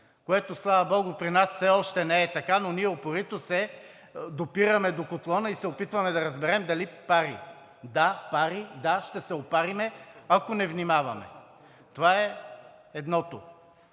което, слава богу, при нас все още не е така. Но ние упорито се допираме до котлона и се опитваме да разберем дали пари. Да, пари! Да, ще се опарим, ако не внимаваме. Това е едното.